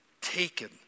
taken